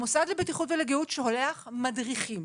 המוסד לבטיחות ולגיהות שולח מדריכים,